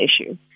issue